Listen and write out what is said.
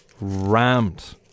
rammed